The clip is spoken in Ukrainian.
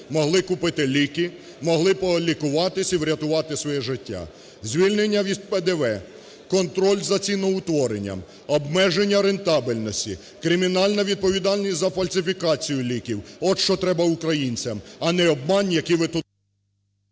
могли купити ліки, могли полікуватися і врятувати своє життя. Звільнення від ПДВ, контроль за ціноутворенням, обмеження рентабельності, кримінальна відповідальність за фальсифікацію ліків – от що треба українцям. А не обман, який ви тут…